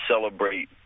celebrate